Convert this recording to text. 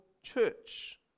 Church